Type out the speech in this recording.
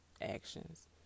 actions